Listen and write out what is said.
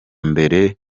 mbere